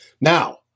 Now